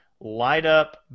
light-up